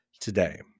today